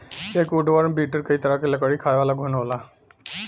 एक woodworm beetle कई तरह क लकड़ी खायेवाला घुन होला